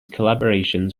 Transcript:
collaborations